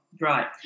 right